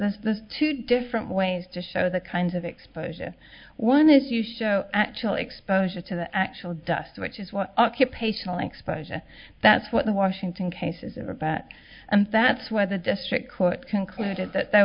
the two different ways to show the kinds of exposure one is you show actually exposure to the actual dust which is what occupational exposure that's what the washington cases are but that's where the district court concluded that th